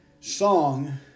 Song